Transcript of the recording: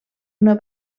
una